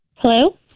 Hello